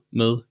med